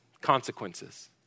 consequences